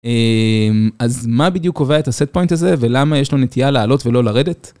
אז מה בדיוק קובע את הסט פוינט הזה ולמה יש לו נטייה לעלות ולא לרדת?